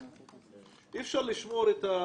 אי אפשר להמשיך ככה,